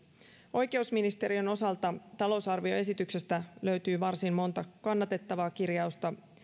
oikeusministeriön osalta talousarvioesityksestä löytyy varsin monta kannatettavaa kirjausta